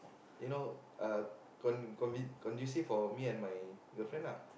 you know uh con conducive for me and my girlfriend lah